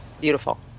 Beautiful